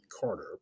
Carter